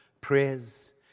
prayers